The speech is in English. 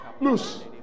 Loose